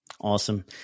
Awesome